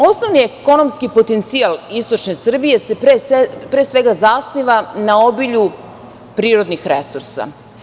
Osnovni ekonomski potencijal istočne Srbije se, pre svega, zasniva na obilju prirodnih resursa.